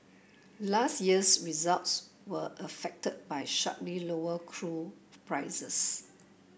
last year's results were affected by sharply lower prices